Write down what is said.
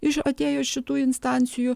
iš atėjus šitų instancijų